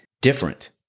different